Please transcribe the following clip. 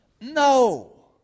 No